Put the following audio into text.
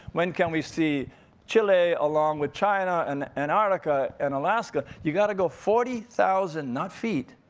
when can we see chile, along with china, and antarctica, and alaska. you gotta go forty thousand, not feet,